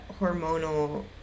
hormonal